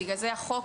בגלל זה החוק